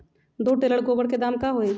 दो टेलर गोबर के दाम का होई?